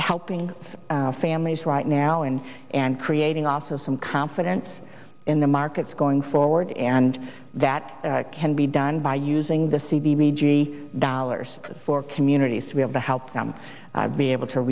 helping families right now and and creating also some confidence in the markets going forward and that can be done by using the c b mi g dollars for communities to be able to help them be able to